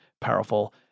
powerful